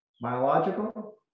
biological